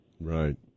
Right